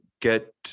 get